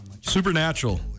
Supernatural